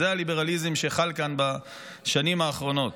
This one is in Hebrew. זה הליברליזם שחל כאן בשנים האחרונות.